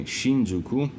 Shinjuku